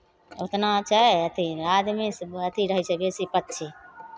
ओतना छै अथि आदमीसभ अथि रहै छै बेसी पक्षी